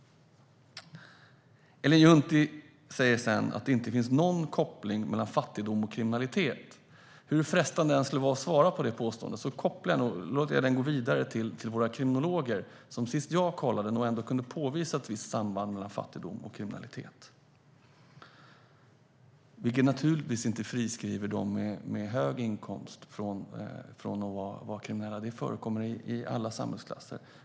Ellen Juntti säger att det inte finns någon koppling mellan fattigdom och kriminalitet. Hur frestande det än skulle vara att svara på det påståendet låter jag det gå vidare till våra kriminologer. Sist jag kollade kunde de påvisa ett visst samband mellan fattigdom och kriminalitet. Det friar givetvis inte dem med hög inkomst från att vara kriminella; det förekommer i alla samhällsklasser.